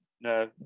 No